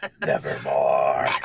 Nevermore